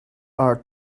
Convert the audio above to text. are